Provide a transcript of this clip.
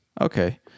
Okay